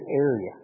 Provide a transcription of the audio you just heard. area